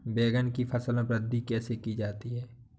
बैंगन की फसल में वृद्धि कैसे की जाती है?